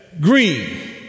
green